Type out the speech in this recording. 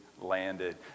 landed